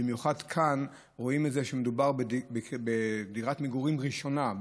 במיוחד כאן רואים את זה כשמדובר בדירת מגורים ראשונה,